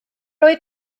oedd